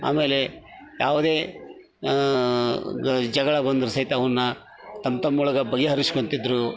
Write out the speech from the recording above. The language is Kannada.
ಆಮೇಲೆ ಯಾವ್ದೇ ಜಗಳ ಬಂದರು ಸಹಿತ ಅವನ್ನ ತಮ್ಮ ತಮ್ಮೊಳಗೆ ಬಗೆ ಹರಿಸ್ಕೊಂತಿದ್ರು